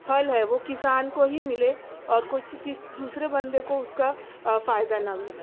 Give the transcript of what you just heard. پھل ہے وہ کسان کو ہی ملے اور کسی تیس دوسرے بندے کو اس کا فائدہ نہ ملے